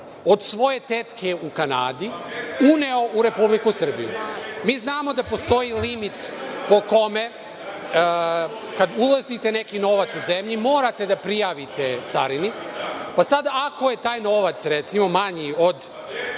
od svoje tetke u Kanadi uneo u Republiku Srbiju. Mi znamo da postoji limit po kome kad unosite neki novac u zemlju, morate da prijavite carini, pa sad ako je taj novac, recimo, veći od